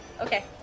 Okay